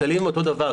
הכללים הם אותו דבר,